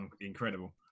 incredible